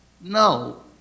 No